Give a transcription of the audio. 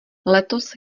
letos